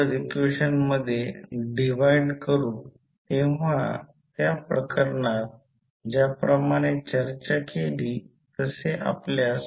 तर कृपया आधी स्वतः लिहा नंतर हे पहा मग काय लिहिले गेले आहे ते पहा मग काही वेळ वाचेल